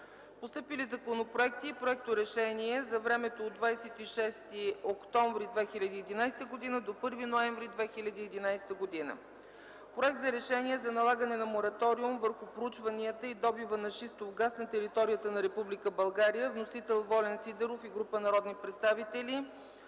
Постъпили законопроекти и проекторешения за времето от 26 октомври до 1 ноември 2011 г.: - Проект за Решение за налагане на мораториум върху проучванията и добива на шистов газ на територията на Република България. Вносител е Волен Сидеров и група народни представители.